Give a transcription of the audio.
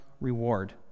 reward